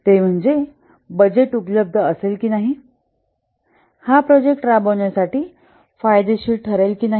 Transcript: ते म्हणजे बजेट उपलब्ध असेल की नाही हा प्रोजेक्ट राबवण्यासाठी फायदेशीर ठरेल की नाही